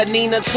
Nina